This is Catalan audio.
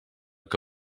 que